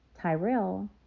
Tyrell